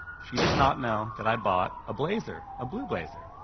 she does not know that i bought a blazer, a blue blazer.